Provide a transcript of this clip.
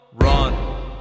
run